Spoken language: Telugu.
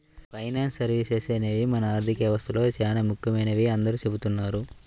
ఫైనాన్స్ సర్వీసెస్ అనేవి మన ఆర్థిక వ్యవస్థలో చానా ముఖ్యమైనవని అందరూ చెబుతున్నారు